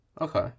Okay